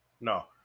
no